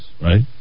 right